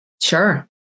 sure